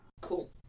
Cool